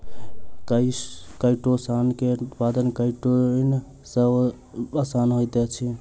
chitosan के उत्पादन chitin सॅ आसान होइत अछि